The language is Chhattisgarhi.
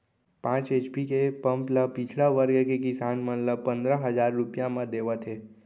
पांच एच.पी के पंप ल पिछड़ा वर्ग के किसान मन ल पंदरा हजार रूपिया म देवत हे